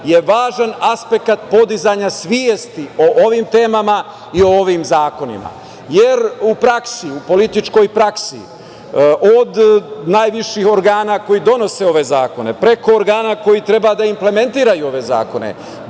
je važan aspekt podizanja svesti o ovim temama i o ovim zakonima.U političkoj praksi, od najviših organa koji donose ove zakone, preko organa koji treba da implementiraju ove zakone,